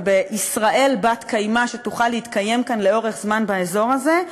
ובישראל בת-קיימא שתוכל להתקיים לאורך זמן כאן באזור הזה,